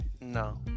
no